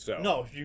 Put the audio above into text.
No